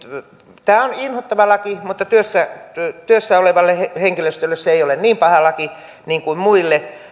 tämä on inhottava laki mutta työssä olevalle henkilöstölle se ei ole niin paha laki kuin muille